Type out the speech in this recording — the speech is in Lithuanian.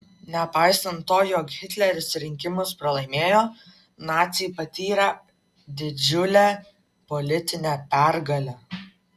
nepaisant to jog hitleris rinkimus pralaimėjo naciai patyrė didžiulę politinę pergalę